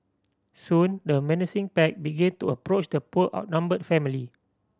soon the menacing pack began to approach the poor outnumbered family